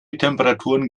temperaturen